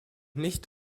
nicht